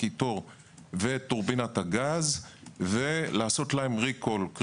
הקיטור ואת טורבינת הגז ולעשות להן ריקול.